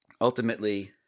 ultimately